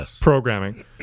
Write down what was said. programming